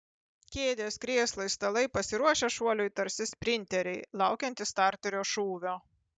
kėdės krėslai stalai pasiruošę šuoliui tarsi sprinteriai laukiantys starterio šūvio